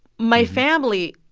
my family